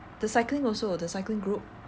the cycling also the cycling group